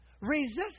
resist